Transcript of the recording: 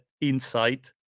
insight